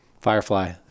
Firefly